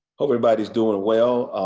hope everybody's doing well.